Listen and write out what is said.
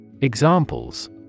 Examples